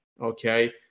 okay